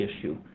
issue